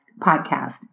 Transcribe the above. podcast